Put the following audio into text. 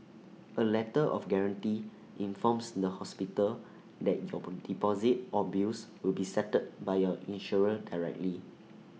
A letter of guarantee informs the hospital that your deposit or bills will be settled by your insurer directly